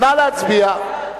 נא להצביע.